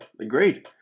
agreed